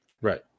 Right